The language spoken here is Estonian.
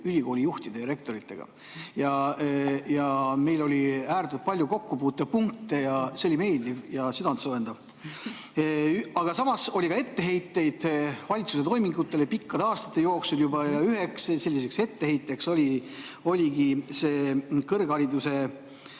ülikoolijuhtide, rektoritega. Meil oli ääretult palju kokkupuutepunkte ja see oli meeldiv ja südantsoojendav. Aga samas oli ka etteheiteid valitsuse toimingutele juba pikkade aastate jooksul ja üheks selliseks etteheiteks oligi see kõrghariduse